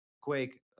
Quake